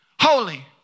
holy